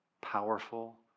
powerful